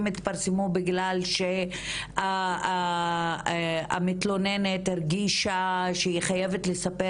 התפרסמו בגלל שמתלוננת הרגישה שהיא חייבת לספר